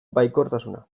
baikortasuna